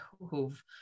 who've